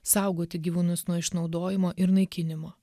saugoti gyvūnus nuo išnaudojimo ir naikinimo